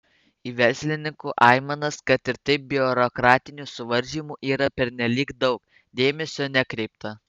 į verslininkų aimanas kad ir taip biurokratinių suvaržymų yra pernelyg daug dėmesio nekreipta